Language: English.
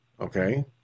Okay